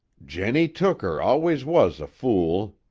jennie tooker always was a fool!